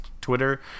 twitter